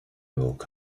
woke